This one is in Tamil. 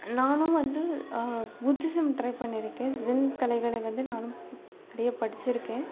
நானும் வந்து புத்திசம் ட்ரை பண்ணியிருக்கேன் ஜின் கலைகளை வந்து நானும் நிறையா படிச்சுருக்கேன்